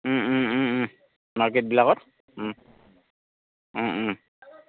মাৰ্কেটবিলাকত